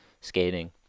skating